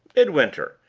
midwinter!